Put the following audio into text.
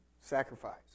Sacrifice